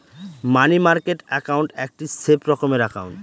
মানি market account একটি safe রকমের account